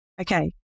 Okay